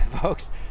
folks